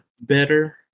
better